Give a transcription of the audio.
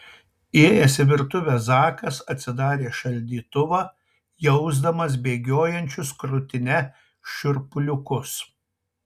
įėjęs į virtuvę zakas atsidarė šaldytuvą jausdamas bėgiojančius krūtine šiurpuliukus